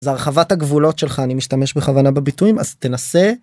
זה הרחבת הגבולות שלך אני משתמש בכוונה בביטויים אז תנסה.